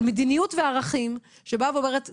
של מדיניות וערכים, שאומרת סליחה,